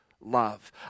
love